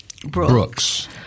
Brooks